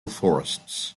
forests